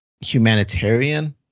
humanitarian